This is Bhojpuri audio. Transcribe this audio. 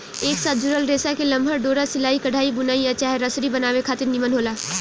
एक साथ जुड़ल रेसा के लमहर डोरा सिलाई, कढ़ाई, बुनाई आ चाहे रसरी बनावे खातिर निमन होला